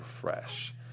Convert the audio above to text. fresh